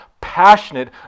passionate